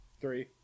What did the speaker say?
Three